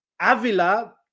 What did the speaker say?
Avila